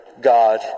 God